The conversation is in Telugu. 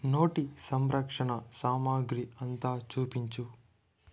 నోటి సంరక్షణ సామాగ్రి అంతా చూపించు